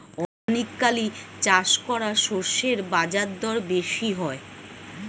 organically চাষ করা শস্যের বাজারদর বেশি হয়